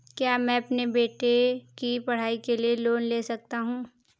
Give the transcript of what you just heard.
क्या मैं अपने बेटे की पढ़ाई के लिए लोंन ले सकता हूं?